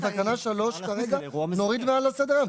את תקנה 3 כרגע נוריד מעל סדר היום.